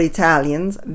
Italians